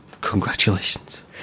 Congratulations